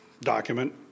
document